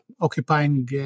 occupying